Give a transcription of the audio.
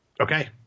Okay